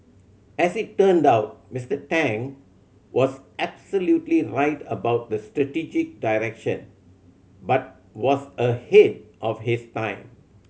as it turned out Mister Tang was absolutely right about the strategic direction but was ahead of his time